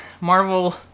marvel